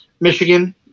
Michigan